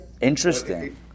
Interesting